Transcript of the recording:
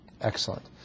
Excellent